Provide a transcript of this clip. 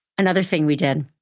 another thing we did,